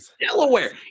Delaware